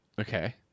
Okay